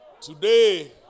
Today